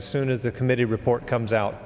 as soon as a committee report comes out